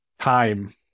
time